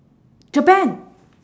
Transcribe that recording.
japan